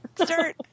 start